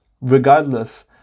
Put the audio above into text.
regardless